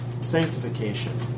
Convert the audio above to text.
sanctification